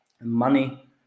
money